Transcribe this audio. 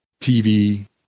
TV